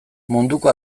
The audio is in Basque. munduko